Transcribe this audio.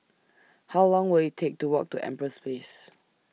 How Long Will IT Take to Walk to Empress Place